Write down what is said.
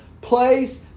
place